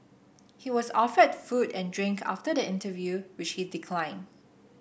he was offered food and drink after the interview which he declined